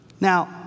Now